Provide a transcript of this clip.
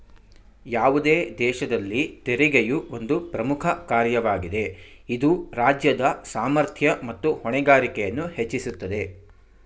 ಯಾವುದೇ ದೇಶದಲ್ಲಿ ತೆರಿಗೆಯು ಒಂದು ಪ್ರಮುಖ ಕಾರ್ಯವಾಗಿದೆ ಇದು ರಾಜ್ಯದ ಸಾಮರ್ಥ್ಯ ಮತ್ತು ಹೊಣೆಗಾರಿಕೆಯನ್ನು ಹೆಚ್ಚಿಸುತ್ತದೆ